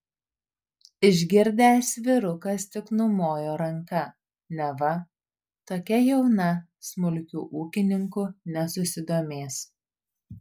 išgirdęs vyrukas tik numojo ranka neva tokia jauna smulkiu ūkininku nesusidomės